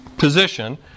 position